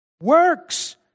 Works